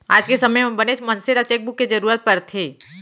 आज के समे म बनेच मनसे ल चेकबूक के जरूरत परथे